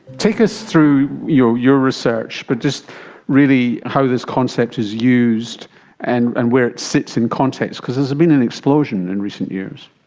take us through your your research but just really how this concept is used and and where it sits in context because there's been an explosion in recent years.